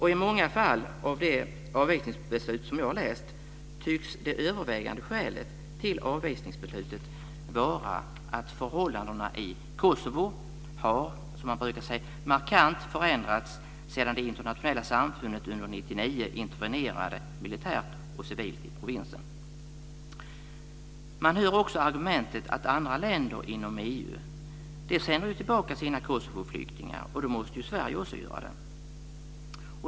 I många av de avvisningsbeslut som jag har läst tycks det övervägande skälet till beslutet vara att förhållandena i Kosovo - som man brukar säga - markant har förändrats sedan det internationella samfundet under 1999 intervenerade militärt och civilt i provinsen. Man hör också argumentet att andra länder inom EU sänder tillbaka sina Kosovoflyktingar, och då måste ju Sverige också göra det!